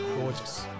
gorgeous